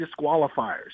disqualifiers